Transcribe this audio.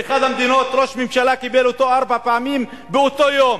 באחת המדינות ראש הממשלה קיבל אותו ארבע פעמים באותו יום,